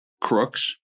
crooks